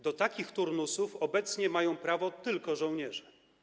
Do takich turnusów obecnie mają prawo tylko żołnierze.